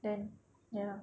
then ya